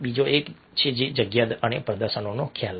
બીજો એક છે જગ્યા અને પ્રદેશનો ખ્યાલ